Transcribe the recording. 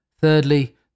Thirdly